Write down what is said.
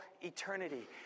eternity